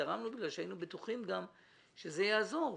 תרמנו משום שהיינו בטוחים שזה יעזור,